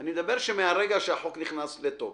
אני מדבר שמרגע שהחוק נכנס לתוקף,